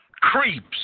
creeps